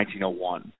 1901